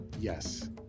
Yes